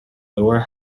lower